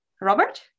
Robert